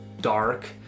dark